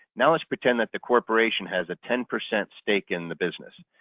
now let's pretend that the corporation has a ten percent stake in the business.